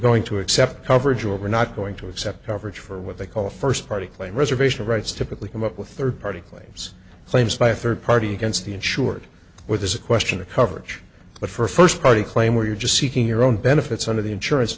going to accept coverage over not going to accept coverage for what they call a first party claim reservation rights typically come up with third party claims claims by a third party against the insured with there's a question of coverage but for a first party claim where you're just seeking your own benefits under the insurance